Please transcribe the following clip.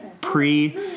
pre